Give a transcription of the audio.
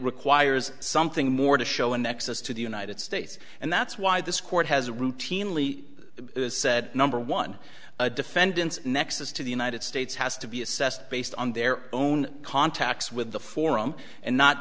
requires something more to show a nexus to the united states and that's why this court has routinely said number one a defendant nexus to the united states has to be assessed based on their own contacts with the forum and not